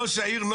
ראש העיר לא